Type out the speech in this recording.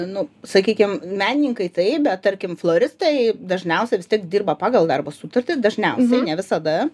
nu sakykim menininkai taip bet tarkim floristai dažniausiai vis tiek dirba pagal darbo sutartį dažniausiai ne visada